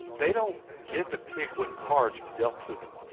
they don't get to pick what cards are dealt to them,